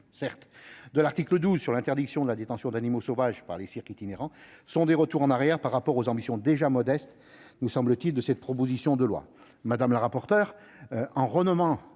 complexe de l'article 12 sur l'interdiction de la détention d'animaux sauvages par les cirques itinérants sont des retours en arrière par rapport aux ambitions déjà modestes, nous semble-t-il, des auteurs de la proposition de loi. Madame la rapporteure, comme